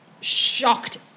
shocked